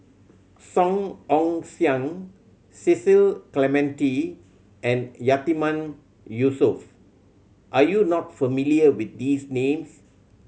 Song Ong Siang Cecil Clementi and Yatiman Yusof are you not familiar with these names